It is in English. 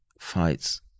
fights